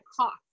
cough